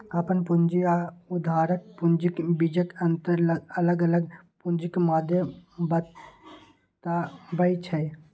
अपन पूंजी आ उधारक पूंजीक बीचक अंतर अलग अलग पूंजीक मादे बतबै छै